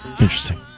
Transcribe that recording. Interesting